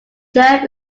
jeff